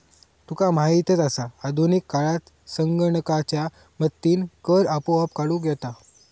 तुका माहीतच आसा, आधुनिक काळात संगणकाच्या मदतीनं कर आपोआप काढूक येता